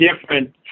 different